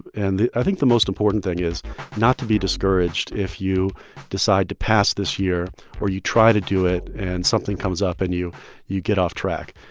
and i think the most important thing is not to be discouraged if you decide to pass this year or you try to do it and something comes up and you you get off track.